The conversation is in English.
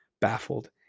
baffled